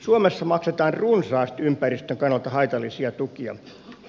suomessa maksetaan runsaasti ympäristön kannalta haitallisia tukia